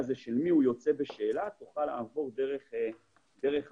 מיהו יוצא בשאלה תוכל לעבור דרך העמותות.